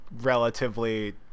relatively